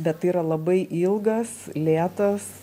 bet tai yra labai ilgas lėtas